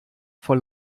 vor